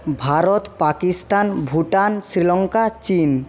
ভারত পাকিস্তান ভুটান শ্রীলঙ্কা চীন